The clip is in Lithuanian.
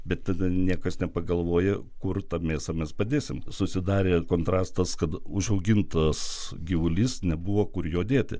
bet tada niekas nepagalvoja kur tą mėsą mes padėsim susidarė kontrastas kad užaugintas gyvulys nebuvo kur jo dėti